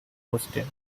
austin